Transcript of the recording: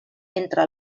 entre